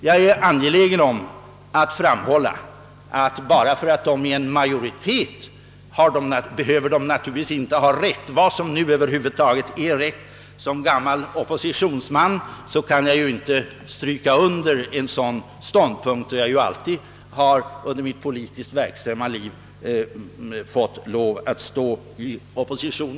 Jag är dock angelägen om att framhålla att den opinionen naturligtvis inte behöver ha rätt bara därför att den är i majoritet — vad som nu kan kallas »rätt» äver huvud taget. Som gammal oppositionsman kan jag inte inta en sådan ståndpunkt, eftersom jag alltid under mitt politiskt verksamma liv har stått i opposition.